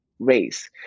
race